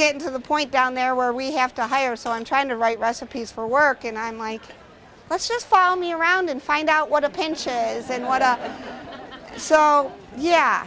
getting to the point down there where we have to hire so i'm trying to write recipes for work and i'm like let's just follow me around and find out what a pension is and what so yeah